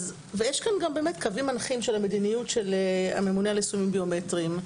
יש כאן גם באמת קווים מנחים של מדיניות הממונה על היישומים הביומטריים.